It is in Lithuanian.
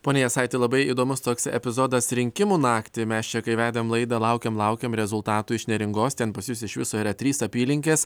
pone jasaiti labai įdomus toks epizodas rinkimų naktį mes čia kai vedėm laidą laukiam laukiam rezultatų iš neringos ten pas jus iš viso yra trys apylinkės